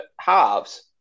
halves